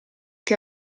che